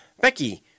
Becky